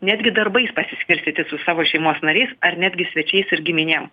netgi darbais pasiskirstyti su savo šeimos nariais ar netgi svečiais ir giminėm